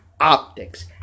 Optics